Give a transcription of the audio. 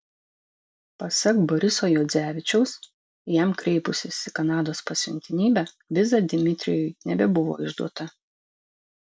pasak boriso juodzevičiaus jam kreipusis į kanados pasiuntinybę viza dmitrijui nebebuvo išduota